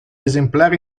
esemplare